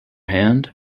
hand